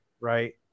right